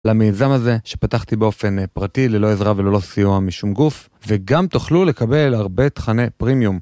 למיזם הזה שפתחתי באופן פרטי, ללא עזרה וללא סיוע משום גוף וגם תוכלו לקבל הרבה תכני פרימיום.